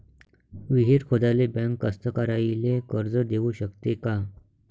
विहीर खोदाले बँक कास्तकाराइले कर्ज देऊ शकते का?